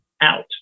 out